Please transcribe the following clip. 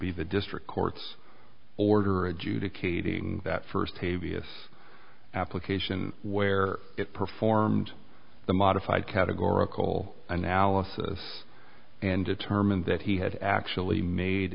be the district court's order adjudicating that first t v s application where it performed the modified categorical analysis and determined that he had actually made